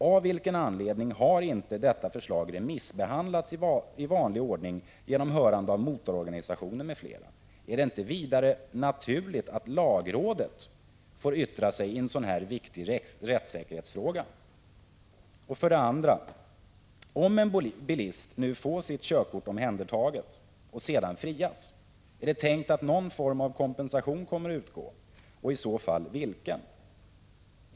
Av vilken anledning har inte detta förslag remissbehandlats i vanlig ordning genom hörande av motororganisationer m.fl.? Är det inte naturligt att lagrådet får yttra sig i en sådan här viktig rätts rhetsfråga? För det andra: Är det tänkt att någon form av kompensation kommer att utgå, om en bilist får sitt körkort omhändertaget och sedan frias? Och i så fall, vilken?